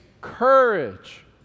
courage